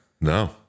No